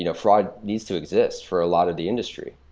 you know fraud needs to exist for a lot of the industry.